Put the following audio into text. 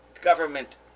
government